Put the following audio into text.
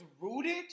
rooted